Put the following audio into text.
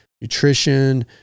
nutrition